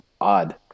odd